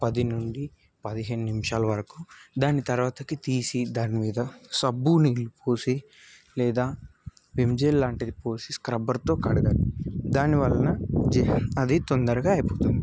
పది నుండి పదిహేను నిమిషాల వరకు దాని తరువాతకి తీసి దాని మీద సబ్బు నీళ్ళు పోసి లేదా విమ్ జెల్ లాంటిది పోసి స్క్రబ్బర్తో కడగాలి దాని వలన అది తొందరగా అయిపోతుంది